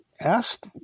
asked